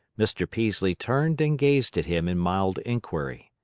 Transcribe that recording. mr. peaslee turned and gazed at him in mild inquiry.